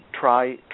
try